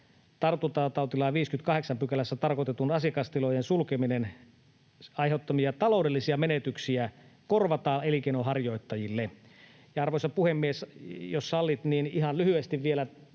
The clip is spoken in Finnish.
tartuntatautilain 58 §:ssä tarkoitetun asiakastilojen sulkemisen aiheuttamia taloudellisia menetyksiä korvataan elinkeinonharjoittajille. Ja, arvoisa puhemies, jos sallit, niin ihan lyhyesti vielä